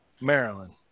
Maryland